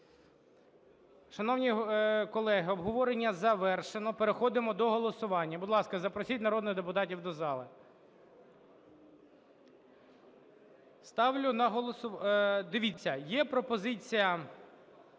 Шановні колеги, обговорення завершено. Переходимо до голосування. Будь ласка, запросіть народних депутатів до залу. Ставлю на... Дивіться, є пропозиція